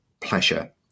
pleasure